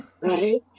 right